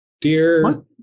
Dear